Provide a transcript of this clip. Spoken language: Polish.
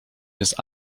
jest